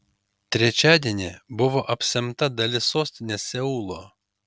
trečiadienį buvo apsemta dalis sostinės seulo